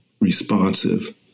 responsive